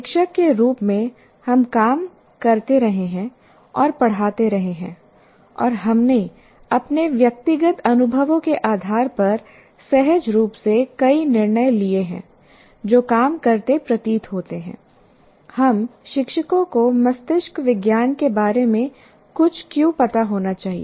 शिक्षक के रूप में हम काम करते रहे हैं और पढ़ाते रहे हैं और हमने अपने व्यक्तिगत अनुभवों के आधार पर सहज रूप से कई निर्णय लिए हैं जो काम करते प्रतीत होते हैं हम शिक्षकों को मस्तिष्क विज्ञान के बारे में कुछ क्यों पता होना चाहिए